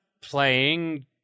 playing